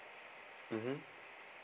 mmhmm